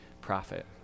prophet